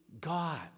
God